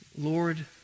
Lord